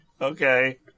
Okay